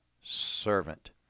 servant